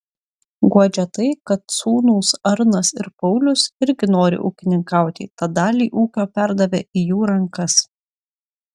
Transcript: guodžia tai kad sūnūs arnas ir paulius irgi nori ūkininkauti tad dalį ūkio perdavė į jų rankas